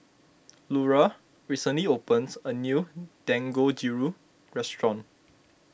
Lura recently opened a new Dangojiru restaurant